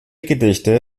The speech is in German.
gedichte